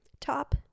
top